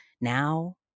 now